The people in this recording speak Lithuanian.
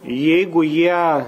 jeigu jie